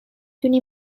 دونی